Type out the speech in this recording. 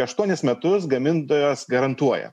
aštuonis metus gamintojas garantuoja